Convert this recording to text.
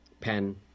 pen